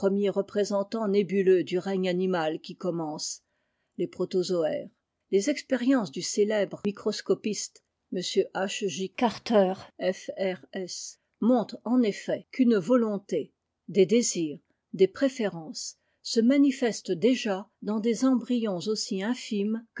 représentants nébuleux du règne r animal qui commence les protozoaires les expériences du célèbre microscopiste m h j er f r s montrent en effet qu'une volonté des désirs des préférences se manifest déjà dans des embryons aussi infimes